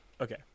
Okay